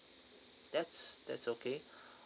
that's that's okay